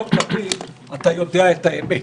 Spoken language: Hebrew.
לא תמיד אתה יודע את האמת.